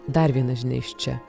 dar viena žinia iš čia